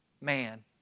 man